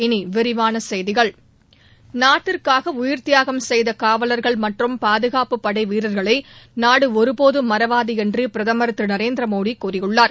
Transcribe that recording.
இனிவிரிவானசெய்திகள் நாட்டிற்காகஉயிர்த் தியாகம் செய்தகாவலர்கள் மற்றும் பாதுகாப்புப் படைவீரர்களைநாடுஒருபோதும் மறவாதுஎன்றுபிரதமர் திருநரேந்திரமோடிகூறியுள்ளார்